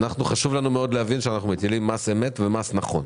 מאוד חשוב לנו להבין שאנחנו מטילים מס אמת ומס נכון.